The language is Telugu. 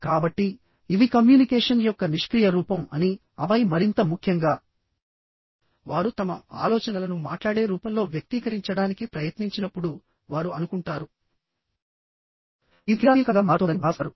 కాబట్టి ఇవి కమ్యూనికేషన్ యొక్క నిష్క్రియ రూపం అని ఆపై మరింత ముఖ్యంగా వారు తమ ఆలోచనలను మాట్లాడే రూపంలో వ్యక్తీకరించడానికి ప్రయత్నించినప్పుడు వారు అనుకుంటారు ఇది క్రియాశీలకంగా మారుతోందని భావిస్తారు